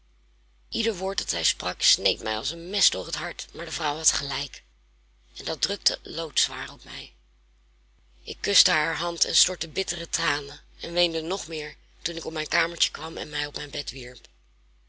ieder woord dat zij sprak sneed mij als een mes door het hart maar de vrouw had gelijk en dat drukte loodzwaar op mij ik kuste haar hand en stortte bittere tranen en weende nog meer toen ik op mijn kamertje kwam en mij op mijn bed wierp